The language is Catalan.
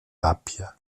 tàpia